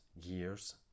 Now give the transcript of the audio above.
Years